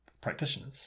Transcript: practitioners